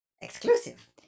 Exclusive